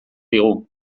digu